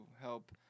help